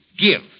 Give